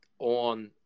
On